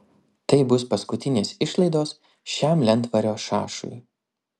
tai bus paskutinės išlaidos šiam lentvario šašui